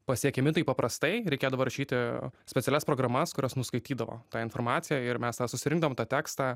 pasiekiami taip paprastai reikėdavo rašyti specialias programas kurios nuskaitydavo tą informaciją ir mes susirinkdavom tą tekstą